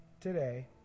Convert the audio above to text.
today